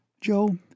Joe